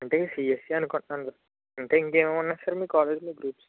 అంటే సిఎస్ఈ అనుకుంటునా సార్ అంటే ఇంకా ఏమేం ఉన్నాయి సార్ మీ కాలేజ్లో గ్రూప్సు